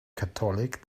catholic